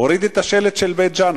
הוריד את השלט של בית-ג'ן.